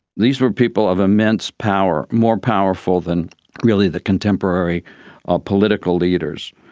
these were people of immense power, more powerful than really the contemporary ah political leaders.